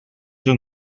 政府